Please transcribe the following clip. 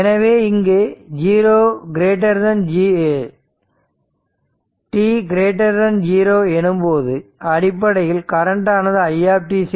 எனவே இங்கு t 0 எனும்போது அடிப்படையில் கரண்ட் ஆனது i 0